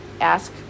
ask